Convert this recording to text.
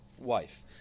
Wife